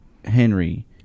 Henry